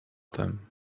them